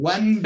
One